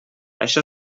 això